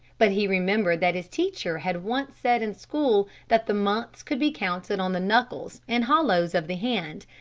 but he remembered that his teacher had once said in school that the months could be counted on the knuckles and hollows of the hand,